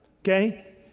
okay